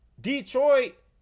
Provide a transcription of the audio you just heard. Detroit